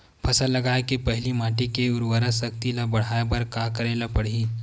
फसल लगाय के पहिली माटी के उरवरा शक्ति ल बढ़ाय बर का करेला पढ़ही?